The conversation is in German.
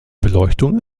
beleuchtung